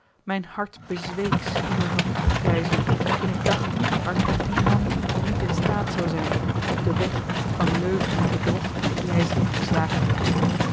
mijn hart bezweek schier van afgrijzen toen ik dacht waartoe die man al niet in staat zou zijn op den weg van leugen en bedrog dien hij is ingeslagen